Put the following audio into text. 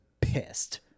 pissed